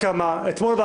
אתמול.